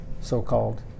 so-called